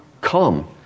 Come